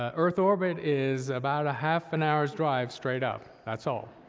ah earth orbit is about a half an hour's drive straight up, that's all.